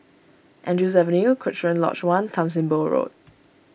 Andrews Avenue Cochrane Lodge one Tan Sim Boh Road